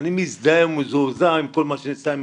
אני מזדהה ומזועזע עם כל מה שנעשה עם